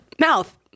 Mouth